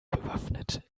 bewaffnet